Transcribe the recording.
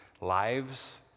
lives